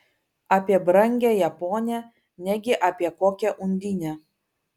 apie brangiąją ponią negi apie kokią undinę